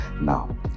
Now